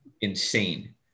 Insane